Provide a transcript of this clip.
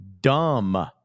dumb